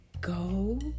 go